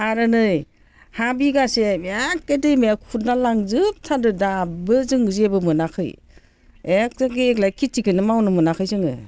आरो नै हा बिगासे एक्के दैमायाव खुरना लांजुबथारदों दाबो जों जेबो मोनाखै एकदम देग्लाय खेतिखौनो मावनो मोनाखै जोङो